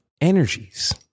energies